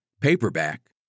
paperback